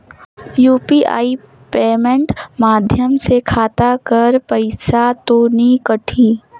UPI payment माध्यम से खाता कर पइसा तो नी कटही?